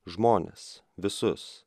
žmones visus